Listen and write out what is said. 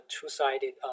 two-sided